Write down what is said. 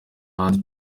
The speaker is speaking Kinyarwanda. hanze